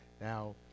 now